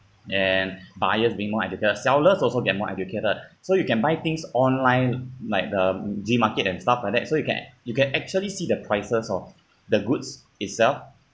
and buyers being more educ~ sellers also get more educated so you can buy things online like the Gmarket and stuff like that so you can you can actually see the prices of the goods itself